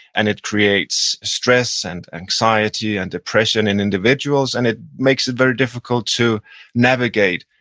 and it creates stress and anxiety and depression in individuals, and it makes it very difficult to navigate,